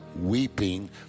weeping